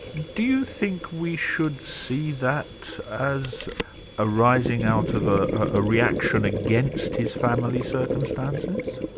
do you think we should see that as arising out of a ah reaction against his family circumstances?